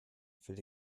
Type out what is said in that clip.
will